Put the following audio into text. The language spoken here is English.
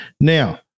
now